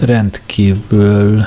Rendkívül